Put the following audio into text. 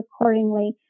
accordingly